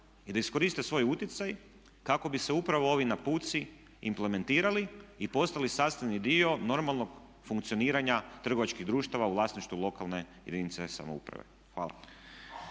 i da iskoriste svoj utjecaj kako bi se upravo ovi napuci implementirali i postali sastavni dio normalnog funkcioniranja trgovačkih društava u vlasništvu lokalne jedinice samouprave. Hvala.